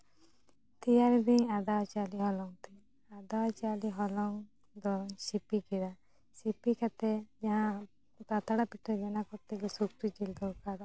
ᱛᱮᱭᱟᱨᱤᱫᱟᱹᱧ ᱟᱫᱣᱟ ᱪᱟᱣᱞᱮ ᱦᱚᱞᱚᱝ ᱛᱮ ᱟᱫᱚᱣᱟ ᱪᱟᱣᱞᱮ ᱦᱚᱞᱚᱝ ᱫᱚᱧ ᱥᱤᱯᱤ ᱠᱮᱫᱟ ᱥᱟᱯᱟ ᱠᱟᱛᱮ ᱡᱟᱦᱟᱸ ᱯᱟᱛᱲᱟ ᱯᱤᱴᱷᱟᱹ ᱵᱮᱱᱟᱣ ᱠᱚᱛᱛᱮ ᱜᱮᱞᱮ ᱥᱩᱠᱨᱤ ᱡᱤᱞ ᱫᱚᱨᱠᱟᱨᱚᱜᱼᱟ